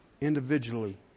individually